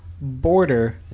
border